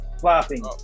flopping